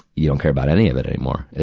you don't care about any of it anymore.